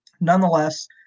nonetheless